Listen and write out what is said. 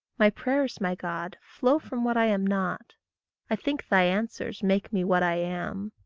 my prayers, my god, flow from what i am not i think thy answers make me what i am.